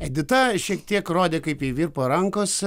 edita šiek tiek rodė kaip jai virpa rankos